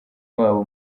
wabo